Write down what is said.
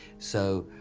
so,